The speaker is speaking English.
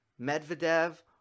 Medvedev